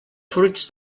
fruits